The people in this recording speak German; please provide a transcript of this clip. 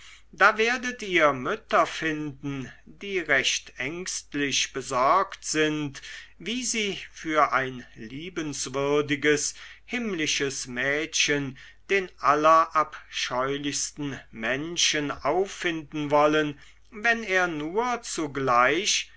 da werdet ihr mütter finden die recht ängstlich besorgt sind wie sie für ein liebenswürdiges himmlisches mädchen den allerabscheulichsten menschen auffinden wollen wenn er nur zugleich